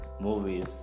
movies